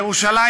ירושלים